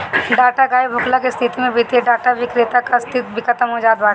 data गायब होखला के स्थिति में वित्तीय डाटा विक्रेता कअ अस्तित्व भी खतम हो जात बाटे